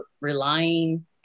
relying